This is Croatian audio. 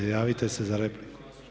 Javite se za repliku.